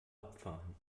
abfahren